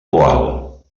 poal